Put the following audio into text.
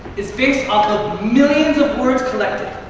is based off of millions of words collected.